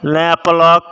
नया प्लग